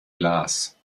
glas